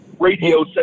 radio